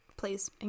please